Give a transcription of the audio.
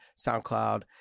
SoundCloud